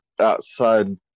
outside